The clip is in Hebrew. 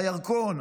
הירקון,